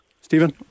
Stephen